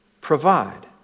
provide